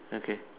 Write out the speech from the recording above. okay